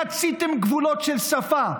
חציתם גבולות של שפה.